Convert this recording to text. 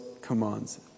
commands